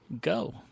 go